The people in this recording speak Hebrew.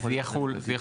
אז זה יכול לגבי?